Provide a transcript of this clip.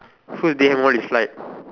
whose D_M one you slide